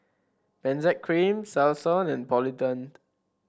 Benzac Cream Selsun and Polident